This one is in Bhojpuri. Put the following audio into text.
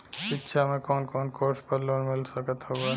शिक्षा मे कवन कवन कोर्स पर लोन मिल सकत हउवे?